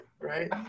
right